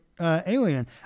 alien